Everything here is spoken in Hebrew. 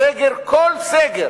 הסגר, כל סגר,